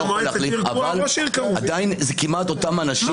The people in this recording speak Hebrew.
אבל עדיין זה כמעט אותם אנשים